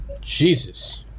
Jesus